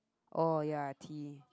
oh ya tea